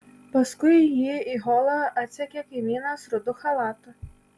paskui jį į holą atsekė kaimynas rudu chalatu